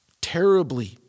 terribly